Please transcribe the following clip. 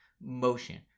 motion